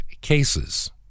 cases